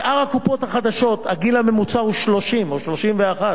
בשאר הקופות החדשות הגיל הממוצע הוא 30 או 31,